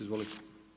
Izvolite.